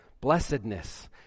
Blessedness